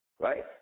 Right